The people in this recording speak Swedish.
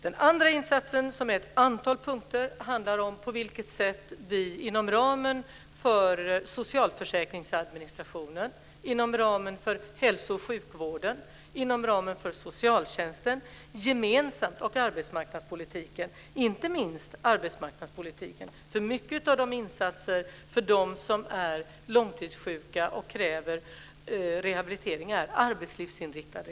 Den andra insatsen, som är ett antal punkter, handlar om på vilket sätt vi gemensamt kan arbeta för detta inom ramen för socialförsäkringsadministrationen, hälso och sjukvården och socialtjänsten - och inte minst arbetsmarknadspolitiken, eftersom en stor del av insatserna för dem som är långtidssjuka och kräver rehabilitering är arbetslivsinriktade.